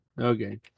Okay